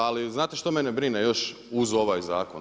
Ali znate što mene brine još uz ovaj zakon?